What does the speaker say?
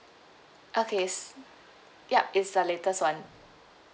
okay yes ya it's the latest one